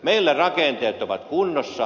meillä rakenteet ovat kunnossa